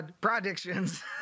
Predictions